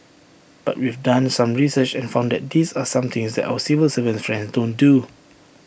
but we've done some research and found that these are some things that our civil servant friends don't do